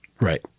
Right